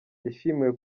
yashimiwe